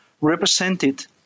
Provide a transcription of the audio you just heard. represented